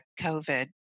COVID